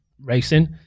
racing